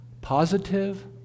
positive